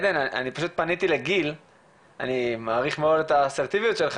אני מבטיח לך שאם מחר זו תהיה החווה שתארוז לשיטתכם,